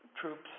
troops